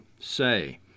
say